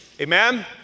amen